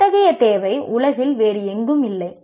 அத்தகைய தேவை உலகில் வேறு எங்கும் இல்லை